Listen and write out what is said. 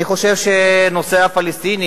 אני חושב שהנושא הפלסטיני,